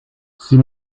sie